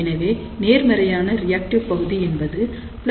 எனவே நேர்மறையான ரியாக்டிவ் பகுதி என்பது 3